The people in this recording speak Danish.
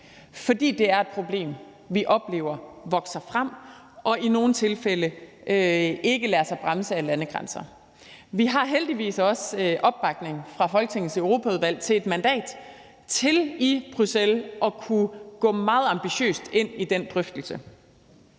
fordi det er et problem, vi oplever brede sig, og som i nogle tilfælde ikke lader sig bremse af landegrænser. Vi har heldigvis også opbakning fra Folketingets Europaudvalg til et mandat til i Bruxelles at kunne gå meget ambitiøst ind i den drøftelse.